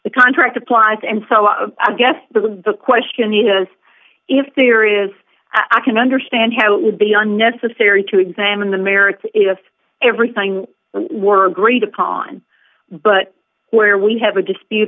the contract applies and so i guess the question is if there is i can understand how it would be unnecessary to examine the merits if everything were agreed upon but where we have a dispute